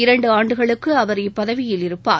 இரண்டு ஆண்டுகளுக்கு அவர் இப்பதவியில் இருப்பார்